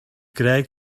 greg